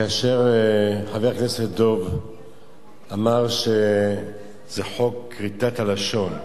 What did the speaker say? כאשר חבר הכנסת דב אמר שזה חוק כריתת הלשון,